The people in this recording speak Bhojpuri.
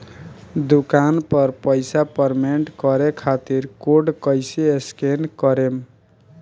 दूकान पर पैसा पेमेंट करे खातिर कोड कैसे स्कैन करेम?